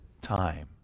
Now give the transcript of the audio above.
time